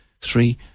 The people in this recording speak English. three